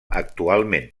actualment